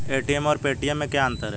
ATM और Paytm में क्या अंतर है?